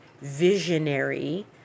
visionary